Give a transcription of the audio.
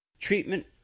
treatment